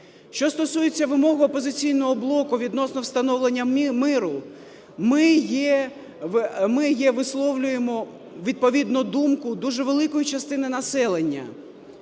Що стосується вимог "Опозиційного блоку" відносно встановлення миру. Ми є, висловлюємо відповідну думку дуже великої частини населення.